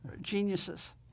geniuses